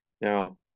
Now